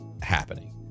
happening